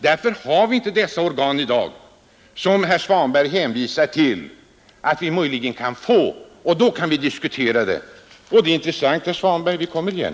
Därför har vi inte dessa organ i dag, vilka herr Svanberg hänvisar till att vi möjligen kan få, och när så sker kan vi diskutera saken. Det är intressant, herr Svanberg, vi kommer igen!